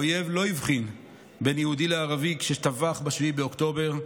האויב לא הבחין בין יהודי לערבי כשטבח ב-7 באוקטובר,